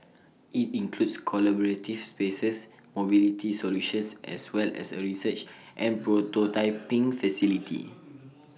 IT includes collaborative spaces mobility solutions as well as A research and prototyping facility